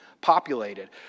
populated